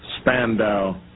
Spandau